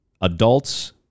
Adults